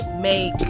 make